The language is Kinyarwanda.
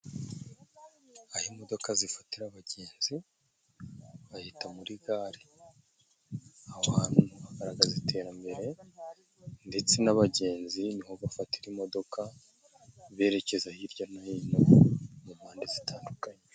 Aho imodoka zifatira abagenzi bahita muri gare, aho hantu hagaragaza iterambere ndetse n'abagenzi niho bafatira imodoka, berekeza hirya no hino mu mpande zitandukanye.